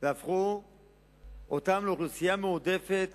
והפכה אותם לאוכלוסייה מועדפת